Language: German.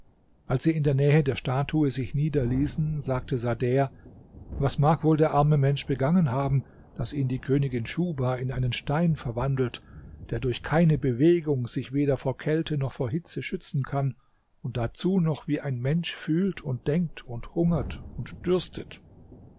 als sie in der nähe der statue sich niederließen sagte sader was mag wohl der arme mensch begangen haben daß ihn die königin schuhba in einen stein verwandelt der durch keine bewegung sich weder vor kälte noch vor hitze schützen kann und dazu noch wie ein mensch fühlt und denkt und hungert und dürstet